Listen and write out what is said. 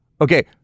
Okay